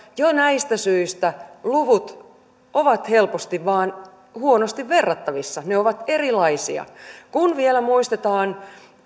niin jo näistä syistä luvut ovat vain helposti huonosti verrattavissa ne ovat erilaisia kun vielä muistetaan